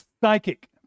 psychic